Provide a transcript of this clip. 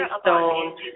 Stone